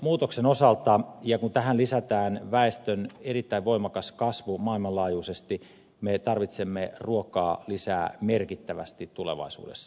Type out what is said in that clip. ilmastonmuutoksen osalta kun tähän lisätään väestön erittäin voimakas kasvu maailmanlaajuisesti me tarvitsemme ruokaa lisää merkittävästi tulevaisuudessa